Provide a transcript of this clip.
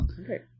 Okay